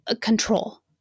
control